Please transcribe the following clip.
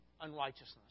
unrighteousness